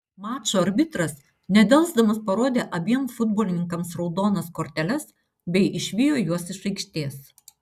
mačo arbitras nedelsdamas parodė abiem futbolininkams raudonas korteles bei išvijo juos iš aikštės